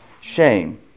Shame